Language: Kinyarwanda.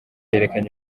yerekanye